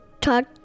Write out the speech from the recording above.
talk